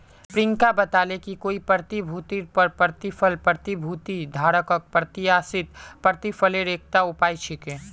प्रियंका बताले कि कोई प्रतिभूतिर पर प्रतिफल प्रतिभूति धारकक प्रत्याशित प्रतिफलेर एकता उपाय छिके